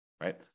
right